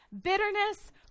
Bitterness